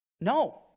no